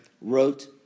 wrote